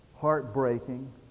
heartbreaking